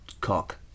cock